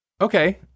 Okay